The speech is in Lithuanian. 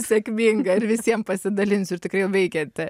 sėkmingą ir visiem pasidalinsiu ir tikrai veikiantį